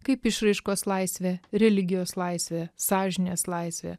kaip išraiškos laisvė religijos laisvė sąžinės laisvė